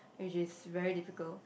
which is very difficult